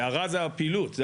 הבעיה זה הפעילות.